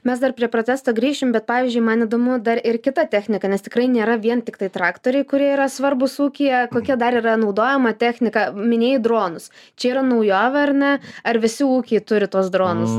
mes dar prie protesto grįšim bet pavyzdžiui man įdomu dar ir kita technika nes tikrai nėra vien tiktai traktoriai kurie yra svarbūs ūkyje kokia dar yra naudojama technika minėjai dronus čia yra naujovė ar ne ar visi ūkiai turi tuos dronus